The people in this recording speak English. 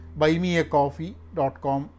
buymeacoffee.com